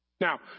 Now